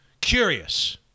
curious